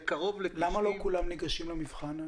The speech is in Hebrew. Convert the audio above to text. למה לא כולם ניגשים למבחן?